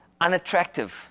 unattractive